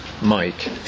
Mike